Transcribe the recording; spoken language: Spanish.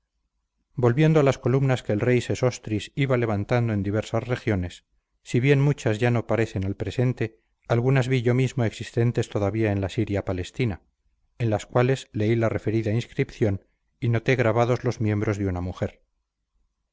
volviendo a las columnas que el rey sesostris iba levantando en diversas regiones si bien muchas ya no parecen al presente algunas vi yo mismo existentes todavía en la siria palestina en las cuales leí la referida inscripción y noté grabados los miembros de una mujer